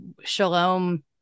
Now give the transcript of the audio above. shalom